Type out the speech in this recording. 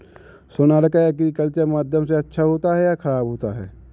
Sonalika agriculture माध्यम से अच्छा होता है या ख़राब होता है?